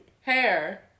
Hair